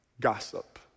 Gossip